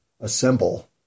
assemble